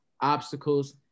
obstacles